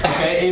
Okay